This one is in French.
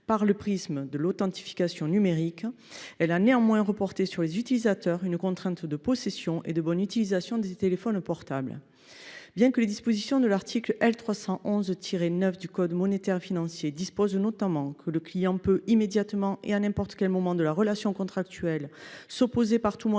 par le biais de l’authentification numérique, elle a toutefois reporté sur les utilisateurs une contrainte de possession et de bonne utilisation des téléphones portables. Bien que les dispositions de l’article L. 311 9 du code monétaire et financier prévoient notamment que « le client peut, immédiatement et à n’importe quel moment de la relation contractuelle, s’opposer par tout moyen à l’usage